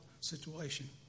situation